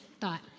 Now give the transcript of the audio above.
thought